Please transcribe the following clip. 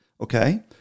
Okay